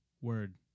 Word